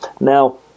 Now